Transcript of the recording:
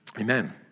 Amen